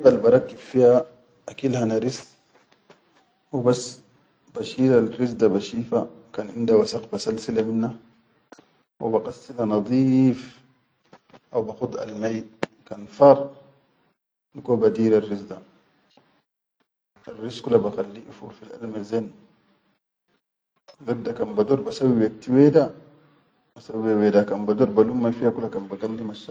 Addariqal barakkib fiya akil han ris hubas bashilarris le bashifa kan inda waskh basalsila minna haw baqassila nadeef, haw bakhud alme kan faar digo ba disarris da, arris kal bakhalli ifur fil alme zen, dadda ka bador basawwi wekti weda basawwi weda, kan bador balumma kula kan.